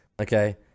okay